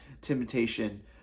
temptation